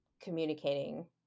communicating